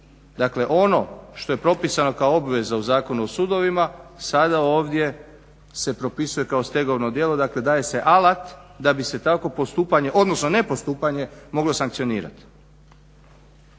Dakle, ono što je propisano kao obveza u Zakonu o sudovima sada ovdje se propisuje kao stegovno djelo, dakle daje se alat da bi se takvo postupanje, odnosno nepostupanje moglo sankcionirati.